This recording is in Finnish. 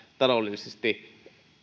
taloudellisesti